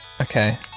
Okay